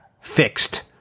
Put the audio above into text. Fixed